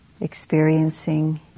experiencing